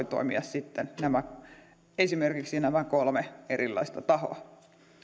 toimia sitten esimerkiksi nämä kolme erilaista tahoa